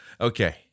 Okay